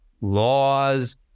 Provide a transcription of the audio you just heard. laws